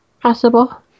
Possible